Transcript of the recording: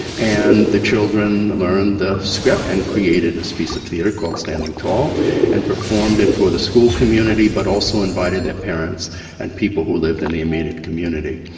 and the children learned the script and created this piece of theatre called standing tall and performed it for the school community but also invited their parents and people who lived in the immediate community.